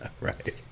Right